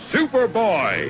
Superboy